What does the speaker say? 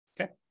Okay